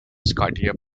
scotia